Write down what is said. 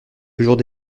toujours